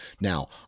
now